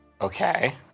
Okay